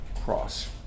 cross